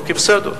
אוקיי, בסדר.